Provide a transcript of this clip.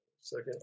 Second